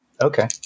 Okay